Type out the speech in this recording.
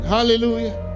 Hallelujah